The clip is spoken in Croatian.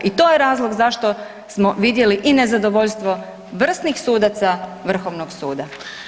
I to je razlog zašto smo vidjeli i nezadovoljstvo vrsnih sudaca Vrhovnog suda.